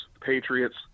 Patriots